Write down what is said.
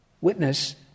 Witness